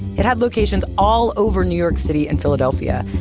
it had locations all over new york city and philadelphia,